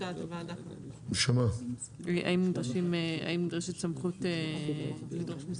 הוועדה האם נדרשת סמכות לדרוש מסמכים.